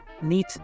neat